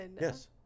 Yes